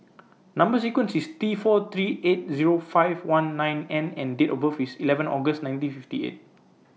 Number sequence IS T four three eight Zero five one nine N and Date of birth IS eleven August nineteen fifty eight